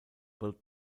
built